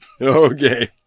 Okay